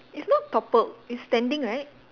it's not toppled it's standing right